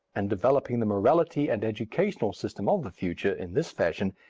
and developing the morality and educational system of the future, in this fashion,